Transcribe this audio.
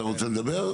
אתה רוצה לדבר?